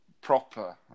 proper